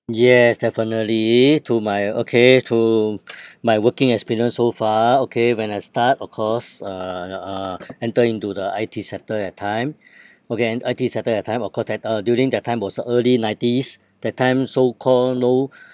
yes definitely to my okay to my working experience so far okay when I start of course uh uh enter into the I_T sector that time okay enter I_T sector that time of course that uh during that time was early nineties that time so call no